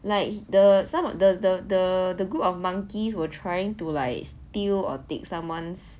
like the some of the the the the group of monkeys were trying to steal or take someone's